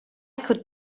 could